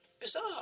Bizarre